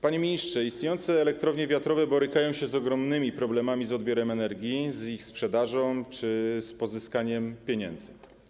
Panie ministrze, istniejące elektrownie wiatrowe borykają się z ogromnymi problemami z odbiorem energii, z ich sprzedażą czy z pozyskaniem pieniędzy.